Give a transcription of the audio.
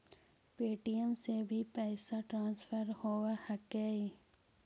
Paytm से भी पैसा ट्रांसफर होवहकै?